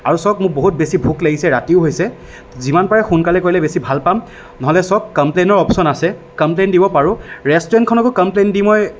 আৰু চাওক মোৰ বহুত বেছি ভোক লাগিছে ৰাতিও হৈছে যিমান পাৰে সোনকালে কৰিলে বেছি ভাল পাম নহ'লে চাওক কমপ্লেনৰ অপচন আছে কমপ্লেইন দিব পাৰোঁ ৰেষ্টুৰেণ্টখনকো কমপ্লেইন দি মই